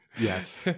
Yes